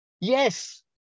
Yes